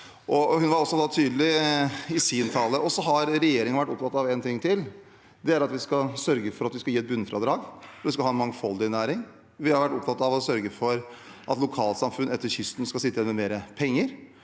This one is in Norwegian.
Hun var også tydelig i sin tale. Så har regjeringen vært opptatt av en ting til, og det er at vi skal sørge for å gi et bunnfradrag, vi skal ha en mangfoldig næring. Vi har vært opptatt av å sørge for at lokalsamfunn langs kysten skal sitte igjen med mer penger,